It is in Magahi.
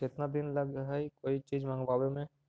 केतना दिन लगहइ कोई चीज मँगवावे में?